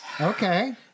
Okay